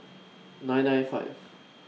nine nine five